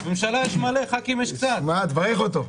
תברך אותו.